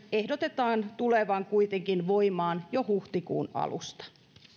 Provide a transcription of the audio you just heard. ehdotetaan tulevan voimaan jo huhtikuun alusta